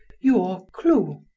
your clo.